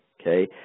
okay